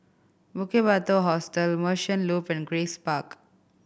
Bukit Batok Hostel Merchant Loop and Grace Park